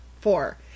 Four